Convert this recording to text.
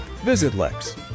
VisitLex